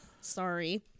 sorry